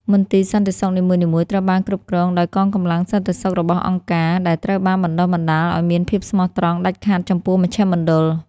មន្ទីរសន្តិសុខនីមួយៗត្រូវបានគ្រប់គ្រងដោយកងកម្លាំងសន្តិសុខរបស់អង្គការ ដែលត្រូវបានបណ្តុះបណ្តាលឱ្យមានភាពស្មោះត្រង់ដាច់ខាតចំពោះមជ្ឈមណ្ឌល។